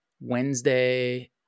Wednesday